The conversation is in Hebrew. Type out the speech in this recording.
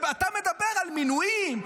אתה מדבר על מינויים,